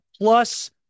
Plus